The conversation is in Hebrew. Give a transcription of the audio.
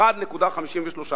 1.53,